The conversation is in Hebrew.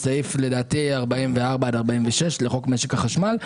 בסעיפים 44 עד 46 לחוק משק החשמל.